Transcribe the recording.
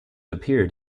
appeared